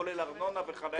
כולל ארנונה וחניה.